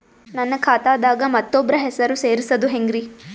ನನ್ನ ಖಾತಾ ದಾಗ ಮತ್ತೋಬ್ರ ಹೆಸರು ಸೆರಸದು ಹೆಂಗ್ರಿ?